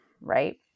right